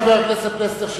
חבר הכנסת פלסנר,